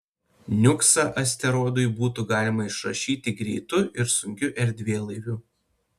niuksą asteroidui būtų galima išrašyti greitu ir sunkiu erdvėlaiviu